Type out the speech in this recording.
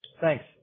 Thanks